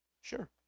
Sure